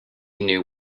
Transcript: knew